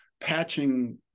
patching